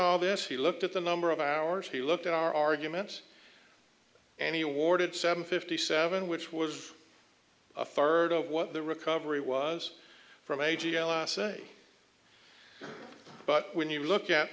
all this he looked at the number of hours he looked at our arguments and he awarded seven fifty seven which was a third of what the recovery was from a g l say but when you look at